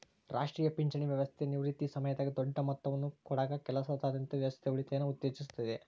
ರಾಷ್ಟ್ರೀಯ ಪಿಂಚಣಿ ವ್ಯವಸ್ಥೆ ನಿವೃತ್ತಿ ಸಮಯದಾಗ ದೊಡ್ಡ ಮೊತ್ತವನ್ನು ಕೊಡಕ ಕೆಲಸದಾದ್ಯಂತ ವ್ಯವಸ್ಥಿತ ಉಳಿತಾಯನ ಉತ್ತೇಜಿಸುತ್ತತೆ